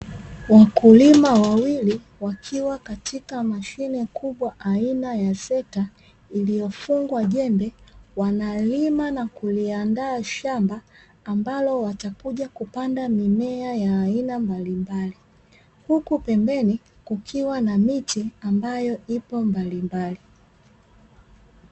Wakulima wakiwa wakiwa katika mashine kubwa aina ya trekta iliyofungwa jembe, wanalima na kuliandaa shamba ambalo watakuja kupanda mimea ya aina mbalimbali, huku pembeni kukiwa na miti ambayo ipo mbalimbali.